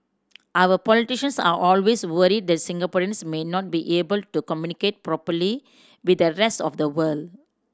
our politicians are always worried that Singaporeans may not be able to communicate properly with the rest of the world